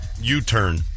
U-turn